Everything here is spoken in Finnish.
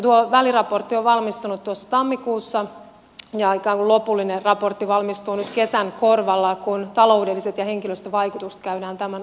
tuo väliraportti on valmistunut tuossa tammikuussa ja lopullinen raportti valmistuu nyt kesän korvalla kun taloudelliset ja henkilöstövaikutukset käydään tämän osalta läpi